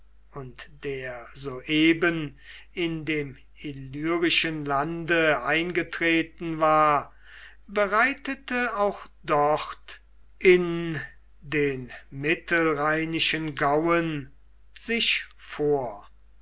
und der soeben in dem illyrischen lande eingetreten war bereitete auch dort in den mittelrheinischen gauen sich vor